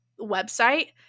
website